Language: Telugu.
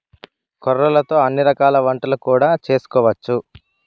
కొర్రలతో అన్ని రకాల వంటలు కూడా చేసుకోవచ్చు